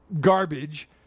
garbage